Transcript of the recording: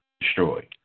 destroyed